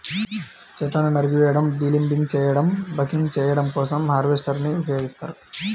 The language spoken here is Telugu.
చెట్లను నరికివేయడం, డీలింబింగ్ చేయడం, బకింగ్ చేయడం కోసం హార్వెస్టర్ ని ఉపయోగిస్తారు